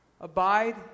Abide